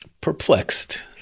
perplexed